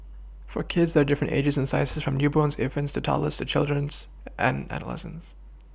for kids there are different ages and sizes from newborns infants to toddlers children and adolescents